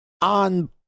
on